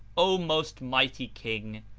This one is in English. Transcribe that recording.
o most mighty king,